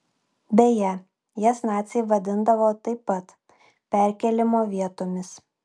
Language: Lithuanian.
beje jas naciai vadindavo taip pat perkėlimo vietomis